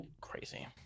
Crazy